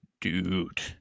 Dude